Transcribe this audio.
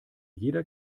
jeder